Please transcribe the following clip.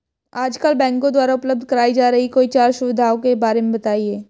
आजकल बैंकों द्वारा उपलब्ध कराई जा रही कोई चार सुविधाओं के बारे में बताइए?